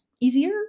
easier